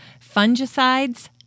Fungicides